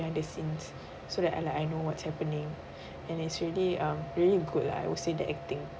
and it's in so I like I know what's happening and it's really um really good lah I would say the acting